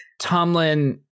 Tomlin